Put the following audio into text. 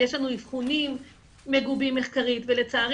יש לנו אבחונים מגובים מחקרית ולצערי